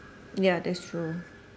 ya that's true